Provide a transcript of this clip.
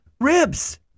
Ribs